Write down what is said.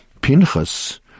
Pinchas